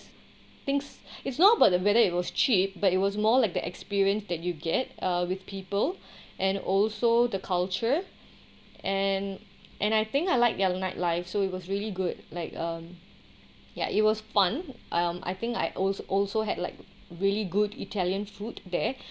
things it's not about the whether it was cheap but it was more like the experience that you get uh with people and also the culture and and I think I like their night life so it was really good like um ya it was fun um I think I also also had like really good italian food there